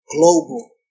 global